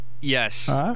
Yes